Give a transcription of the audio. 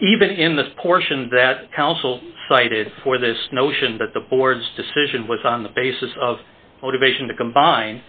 even in this portion that counsel cited for this notion but the board's decision was on the basis of motivation to combine